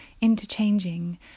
interchanging